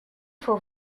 faut